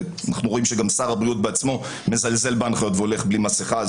ואנחנו רואים שגם שר הבריאות בעצמו מזלזל בהנחיות והולך בלי מסכה,